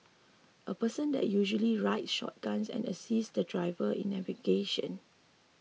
a person that usually rides shotguns and assists the driver in navigation